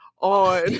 on